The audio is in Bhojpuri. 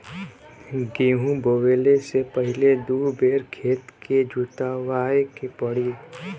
गेंहू बोवले से पहिले दू बेर खेत के जोतवाए के पड़ी